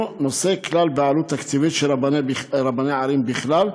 נושא כלל בעלות תקציבית של רבני ערים בכלל,